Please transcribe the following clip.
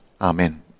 Amen